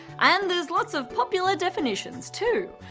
and there's lots of popular definitions too.